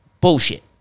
Bullshit